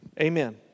Amen